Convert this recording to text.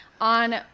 on